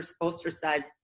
ostracized